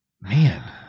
Man